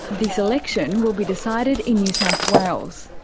this election will be decided in new south wales,